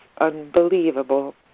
unbelievable